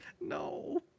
No